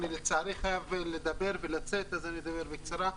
לצערי, אני חייב לצאת ולכן אדבר בקצרה.